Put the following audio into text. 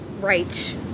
right